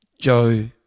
Joe